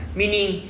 meaning